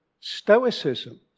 stoicism